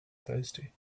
thirsty